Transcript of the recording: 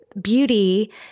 Beauty